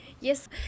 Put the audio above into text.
Yes